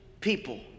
people